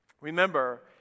Remember